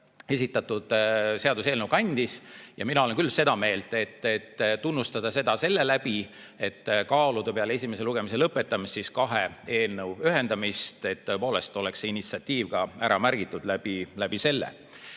esitatud seaduseelnõu kannab. Mina olen küll seda meelt, et tunnustada seda selle läbi, et kaaluda peale esimese lugemise lõpetamist kahe eelnõu ühendamist, siis tõepoolest oleks see initsiatiiv ka ära märgitud. Väga oluline